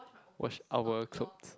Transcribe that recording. wash our clothes